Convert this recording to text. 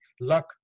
Luck